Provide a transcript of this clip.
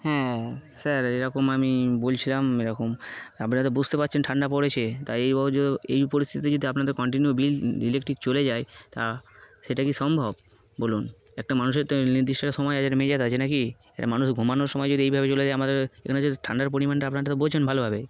হ্যাঁ স্যার এরকম আমি বলছিলাম এরকম আপনারা তো বুঝতে পারছেন ঠান্ডা পড়েছে তাই এই এই পরিস্থিতিতে যদি আপনাদের কন্টিনিউ বিল ইলেকট্রিক চলে যায় তা সেটা কি সম্ভব বলুন একটা মানুষের তো নির্দিষ্ট সময় আজার মেজাজ আছে না কিটা মানুষ ঘুমানোর সময় যদি এইভাবে চলে যায় আমাদের এখানে যে ঠান্ডার পরিমাণটা আপনারা তো বলছেন ভালোভাবে